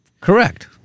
Correct